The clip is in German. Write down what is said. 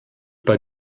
bei